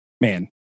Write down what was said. man